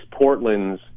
Portlands